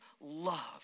love